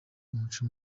umuco